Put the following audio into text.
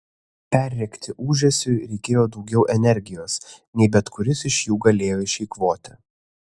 perrėkti ūžesiui reikėjo daugiau energijos nei bet kuris iš jų galėjo išeikvoti